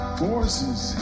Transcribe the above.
forces